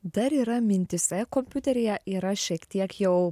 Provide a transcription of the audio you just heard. dar yra mintyse kompiuteryje yra šiek tiek jau